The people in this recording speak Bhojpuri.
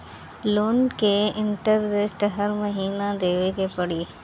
लोन के इन्टरेस्ट हर महीना देवे के पड़ी?